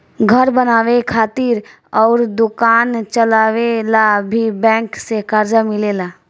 घर बनावे खातिर अउर दोकान चलावे ला भी बैंक से कर्जा मिलेला